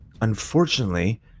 unfortunately